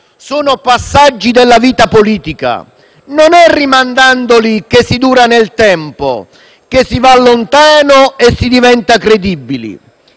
sono passaggi della vita politica; non è rimandandole che si dura nel tempo, che si va lontano e si diventa credibili.